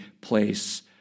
place